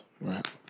right